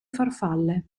farfalle